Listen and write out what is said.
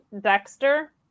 Dexter